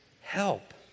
help